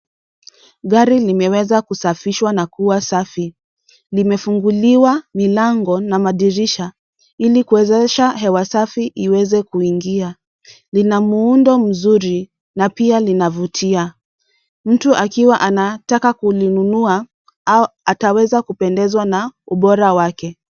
Gari limewezeshwa kusafishwa na kua safi limefunguliwa milango na madirisha ili kuwezesha hewa safi iweze kuingia lina muundo mzuri na pia linavutia. Mtu akiwa anataka kulinunua ataweza kupendezwa na ubora wake.